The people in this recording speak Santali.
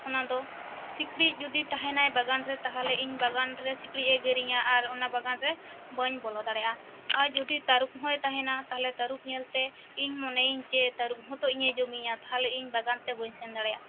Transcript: ᱚᱱᱟᱫᱚ ᱥᱤᱠᱬᱤᱡ ᱡᱩᱫᱤ ᱛᱟᱦᱮᱱᱟᱭ ᱵᱟᱜᱟᱱ ᱨᱮ ᱛᱟᱦᱚᱞᱮ ᱤᱧ ᱵᱟᱜᱟᱱ ᱨᱮ ᱥᱤᱠᱬᱤᱡ ᱮ ᱜᱮᱨᱮᱧᱟᱹ ᱟᱨ ᱚᱱᱟ ᱵᱟᱜᱟᱱ ᱨᱮ ᱵᱟᱹᱧ ᱵᱚᱞᱚ ᱫᱟᱲᱮᱭᱟᱜᱼᱟ ᱟᱨ ᱡᱩᱫᱤ ᱛᱟᱹᱨᱩᱵ ᱦᱚᱸᱭ ᱛᱟᱦᱮᱱᱟ ᱛᱟᱦᱚᱞᱮ ᱛᱟᱹᱨᱩᱵ ᱧᱮᱞ ᱛᱮ ᱤᱧ ᱢᱚᱱᱮᱭᱤᱧ ᱡᱮ ᱛᱟᱹᱨᱩᱵ ᱦᱚᱸ ᱛᱚ ᱤᱧᱼᱮ ᱡᱚᱢᱮᱧᱟᱹ ᱛᱟᱦᱚᱞᱮ ᱤᱧ ᱵᱟᱜᱟᱱ ᱛᱮ ᱵᱟᱹᱧ ᱥᱮᱱ ᱫᱟᱲᱮᱭᱟᱜ